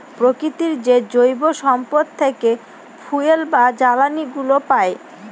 প্রকৃতির যে জৈব সম্পদ থেকে ফুয়েল বা জ্বালানিগুলো পাই